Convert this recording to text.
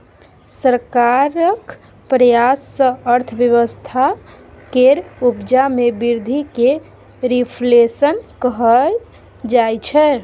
सरकारक प्रयास सँ अर्थव्यवस्था केर उपजा मे बृद्धि केँ रिफ्लेशन कहल जाइ छै